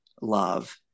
love